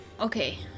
Okay